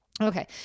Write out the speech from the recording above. Okay